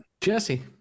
Jesse